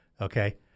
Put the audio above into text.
Okay